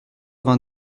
vingt